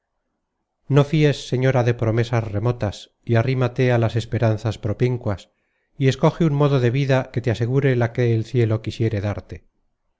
no fies señora de promesas remotas y arrímate a las esperanzas propíncuas y escoge un modo de vida que te asegure la que el cielo quisiere darte